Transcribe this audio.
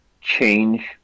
change